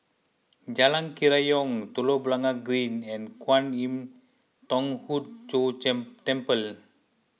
Jalan Kerayong Telok Blangah Green and Kwan Im Thong Hood Cho Temple